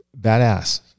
badass